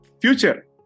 Future